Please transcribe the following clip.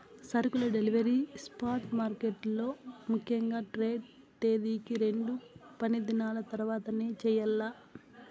సరుకుల delivery spot మార్కెట్లలో ముఖ్యంగా ట్రేడ్ తేదీకి రెండు పనిదినాల తర్వాతనే చెయ్యాల్ల